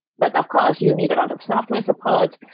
but of course, you need a lot of software support,